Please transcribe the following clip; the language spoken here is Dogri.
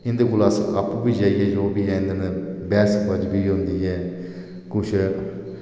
ते इंदे कोल जाइयै अस जो बी हैन बैह्स बाजी बी होंदी ऐ कुछ